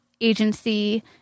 agency